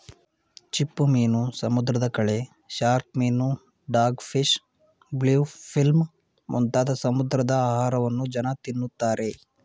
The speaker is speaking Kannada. ಚಿಪ್ಪುಮೀನು, ಸಮುದ್ರದ ಕಳೆ, ಶಾರ್ಕ್ ಮೀನು, ಡಾಗ್ ಫಿಶ್, ಬ್ಲೂ ಫಿಲ್ಮ್ ಮುಂತಾದ ಸಮುದ್ರದ ಆಹಾರವನ್ನು ಜನ ತಿನ್ನುತ್ತಾರೆ